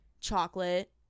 chocolate